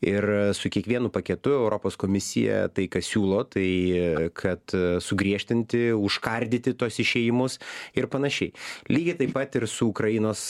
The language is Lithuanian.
ir su kiekvienu paketu europos komisija tai ką siūlo tai kad sugriežtinti užkardyti tuos išėjimus ir panašiai lygiai taip pat ir su ukrainos